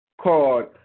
called